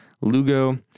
Lugo